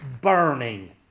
burning